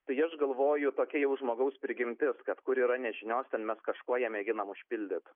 tai aš galvoju tokia jau žmogaus prigimtis kad kur yra nežinios ten mes kažkuo ją mėginam užpildyt